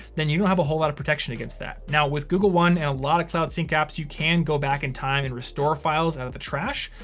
then you don't have a whole lot of protection against that. now with google one and a lot of cloud sync apps, you can go back in time and restore files out of the trash.